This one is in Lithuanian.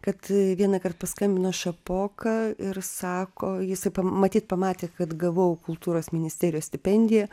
kad vienąkart paskambino šapoka ir sako jisai pa matyt pamatė kad gavau kultūros ministerijos stipendiją